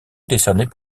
décernée